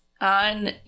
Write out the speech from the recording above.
on